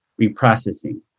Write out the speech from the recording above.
reprocessing